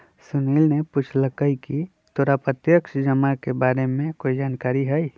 सुनील ने पूछकई की तोरा प्रत्यक्ष जमा के बारे में कोई जानकारी हई